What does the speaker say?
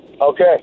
Okay